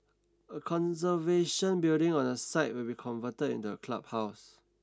a conservation building on the site will be converted into a clubhouse